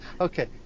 Okay